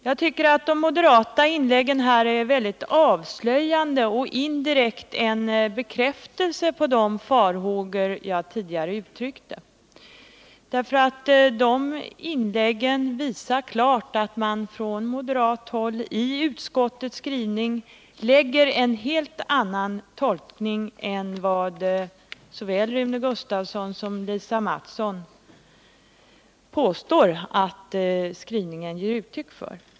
Jag tycker att de moderata inläggen är avslöjande och indirekt en bekräftelse på de farhågor jag tidigare uttryckte. De inläggen visar klart att man från moderat håll lägger in en helt annan tolkning i utskottets skrivning . än vad såväl Rune Gustavsson som Lisa Mattson påstår att skrivningen ger uttryck för.